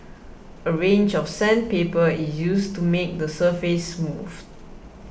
a range of sandpaper is used to make the surface smooth